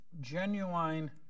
genuine